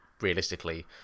realistically